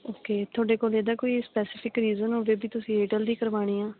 okay ਤੁਹਾਡੇ ਕੋਲ ਇਹਦਾ ਕੋਈ ਸਪੈਸੇਫਿਕ ਰੀਜਨ ਹੋਵੇ ਵੀ ਤੁਸੀਂ ਏਅਰਟੈੱਲ ਦੀ ਕਰਵਾਉਣੀ ਆ